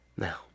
Now